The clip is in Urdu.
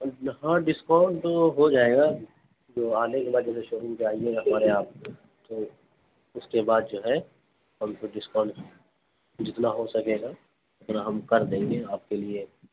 ہاں ڈسکاؤنٹ تو ہو جائے گا جو آنے کے بعد جیسے شو روم پہ آئیے گا ہمارے یہاں آپ تو اس کے بعد جو ہے ہم کو ڈسکاؤنٹ جتنا ہو سکے گا اتنا ہم کر دیں گے آپ کے لیے